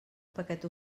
paquet